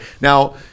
Now